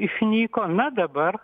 išnyko na dabar